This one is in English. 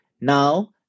now